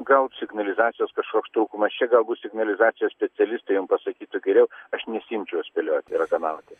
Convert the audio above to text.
gal signalizacijos kažkoks trūkumas čia gabūt signalizacijos specialistai jiem pasakytų geriau aš nesiimčiau spėlioti ir raganauti